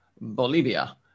Bolivia